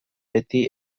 beti